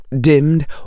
dimmed